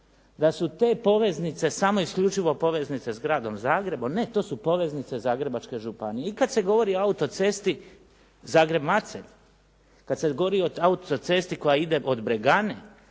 da su te poveznice samo isključivo poveznice s Gradom Zagrebom. Ne to su poveznice Zagrebačke županije. I kada se govori o autocesti Zagreb-Macelj, kada se govori autocesti koja ide od Bregane,